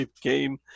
game